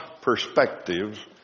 perspectives